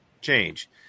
change